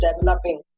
developing